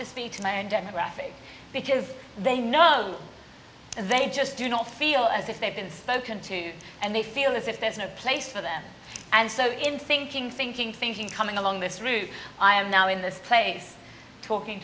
to speak to my own demographic because they know they just do not feel as if they've been spoken to and they feel as if there's no place for them and so in thinking thinking thinking coming along this route i am now in this place talking